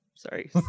Sorry